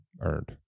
earned